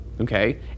okay